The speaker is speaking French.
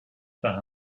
par